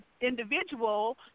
individual